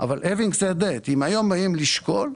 אבל אם היום באים לשקול,